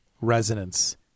resonance